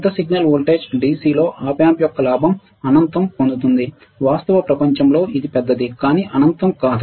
పెద్ద signal voltage DC లో Op amp యొక్క లాభం అనంతం పొందుతుంది వాస్తవ ప్రపంచంలో ఇది పెద్దది కానీ అనంతం కాదు